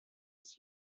its